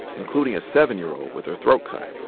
including a seven year old with her throat cut.